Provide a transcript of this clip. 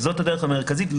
זאת הדרך המרכזית.